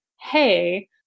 hey